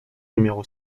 numéro